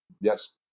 yes